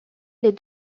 les